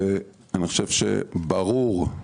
אני חושב שברור,